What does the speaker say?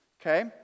Okay